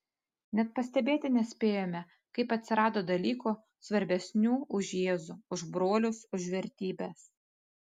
net pastebėti nespėjome kaip atsirado dalykų svarbesnių už jėzų už brolius už vertybes